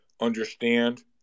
understand